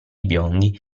biondi